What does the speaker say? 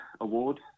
award